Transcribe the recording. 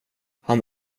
han